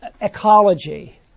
ecology